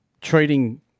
treating